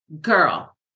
girl